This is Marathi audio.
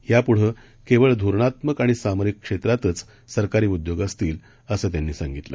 यापुढे केवळ धोरणात्मक आणि सामरिक क्षेत्रातच सरकारी उद्योग असतील असं त्यांनी सांगितलं